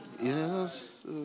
Yes